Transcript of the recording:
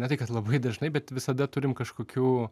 ne tai kad labai dažnai bet visada turim kažkokių